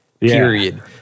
period